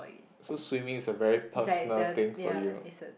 so swimming is a very personal thing for you